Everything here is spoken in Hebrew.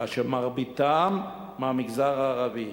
כאשר מרביתם מהמגזר הערבי.